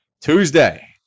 Tuesday